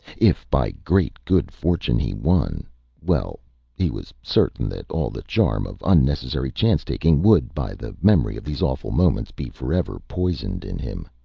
if, by great good-fortune, he won well he was certain that all the charm of unnecessary chance-taking would, by the memory of these awful moments, be forever poisoned in him.